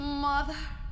mother